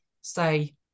say